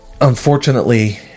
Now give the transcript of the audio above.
Unfortunately